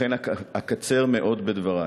ולכן אקצר מאוד בדברי.